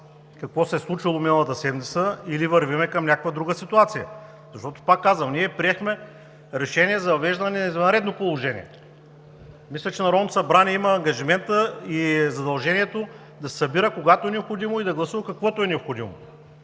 какво се е случило миналата седмица, или вървим към някаква друга ситуация. Пак казвам: ние приехме решение за въвеждане на извънредно положение. Мисля, че Народното събрание има ангажимента и задължението да се събира, когато е необходимо, и да гласува каквото е необходимо.